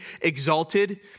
exalted